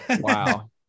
Wow